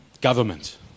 government